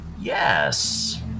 Yes